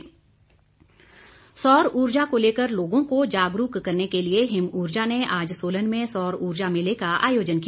सौर ऊर्जा सौर ऊर्जा को लेकर लोगों को जागरूक करने के लिए हिमऊर्जा ने आज सोलन में सौर ऊर्जा मेले का आयोजन किया